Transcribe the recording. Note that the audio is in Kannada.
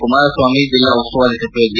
ಕುಮಾರಸ್ವಾಮಿ ಜಿಲ್ಲಾ ಉಸ್ತುವಾರಿ ಸಚಿವ ಜಿ